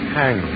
hang